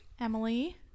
Emily